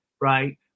right